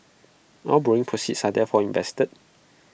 all borrowing proceeds are therefore invested